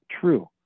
true